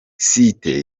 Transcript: site